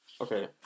Okay